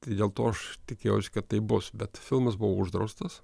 dėl to aš tikėjausi kad taip bus bet filmas buvo uždraustas